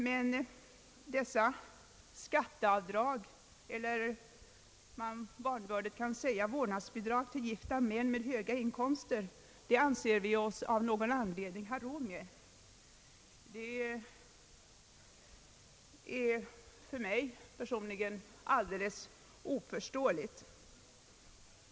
Men dessa skatteavdrag, man kan vanvördigt säga vårdnadsbidrag till gifta män med höga inkomster, anser vi oss av någon anledning ha råd med. Det är för mig personligen alldeles oför ståeligt.